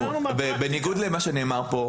בניגוד למה שנאמר כאן,